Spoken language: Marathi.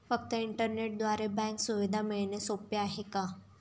फक्त इंटरनेटद्वारे बँक सुविधा मिळणे सोपे आहे का?